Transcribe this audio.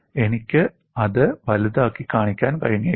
എനിക്ക് അത് വലുതാക്കി കാണിക്കാൻ കഴിഞ്ഞേക്കും